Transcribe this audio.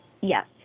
Yes